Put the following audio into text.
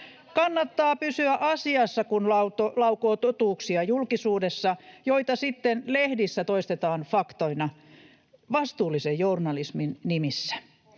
Kannattaa pysyä asiassa, kun laukoo julkisuudessa totuuksia, joita sitten lehdissä toistetaan faktoina vastuullisen journalismin nimissä.